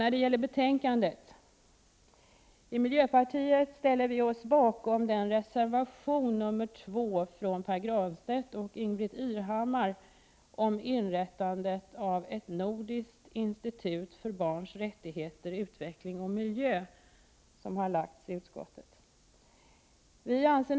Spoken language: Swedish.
När det gäller betänkandet ställer vi oss i miljöpartiet bakom reservation nr 2 av Pär Granstedt och Ingbritt Irhammar om inrättandet av ett nordiskt institut för barns rättigheter, utveckling och miljö.